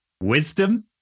wisdom